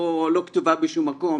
לא כתובה בשום מקום,